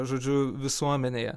žodžiu visuomenėje